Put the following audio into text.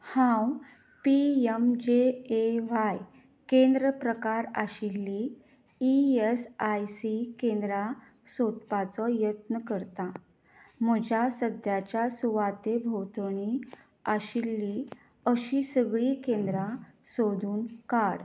हांव P M J A Y केंद्र प्रकार आशिल्ली ई यस आय सी केंद्रां सोदपाचो यत्न करता म्हज्या सद्याच्या सुवाते भोंवतणी आशिल्लीं अशीं सगळीं केंद्रां सोदून काड